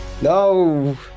No